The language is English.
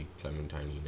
clementine